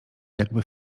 jakby